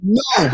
no